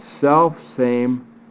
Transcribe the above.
self-same